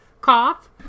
cough